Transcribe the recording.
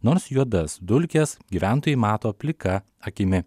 nors juodas dulkes gyventojai mato plika akimi